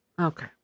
Okay